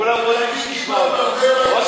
כולם רוצים שתשמע אותם.